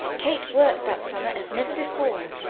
kate worked that summer as never before.